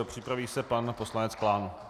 Připraví se pan poslanec Klán.